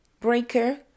Breaker